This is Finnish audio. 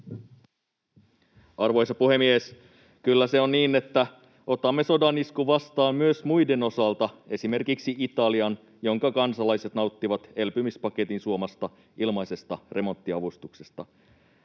Arvoisa puhemies! Kyllä se on niin, että otamme sodan iskun vastaan myös muiden osalta, esimerkiksi Italian, jonka kansalaiset nauttivat elpymispaketin suomasta ilmaisesta remonttiavustuksesta.